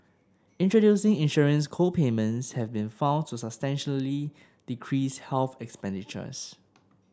introducing insurance co payments have been found to substantially decrease health expenditures